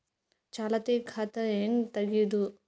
ಚಾಲತಿ ಖಾತಾ ಹೆಂಗ್ ತಗೆಯದು?